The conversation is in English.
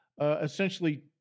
essentially